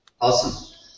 Awesome